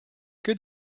que